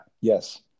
Yes